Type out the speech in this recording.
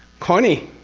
connie.